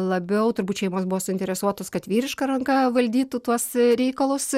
labiau turbūt šeimos buvo suinteresuotos kad vyriška ranka valdytų tuos reikalus